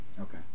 Okay